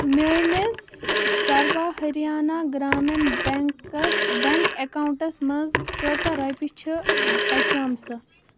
میٛٲنِس سَروا ۂریانہ گرٛامِن بٮ۪نکَس بٮ۪نٛک اٮ۪کاوُنٛٹَس منٛز کۭژاہ رۄپیہِ چھِ بَچیمژٕ